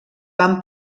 van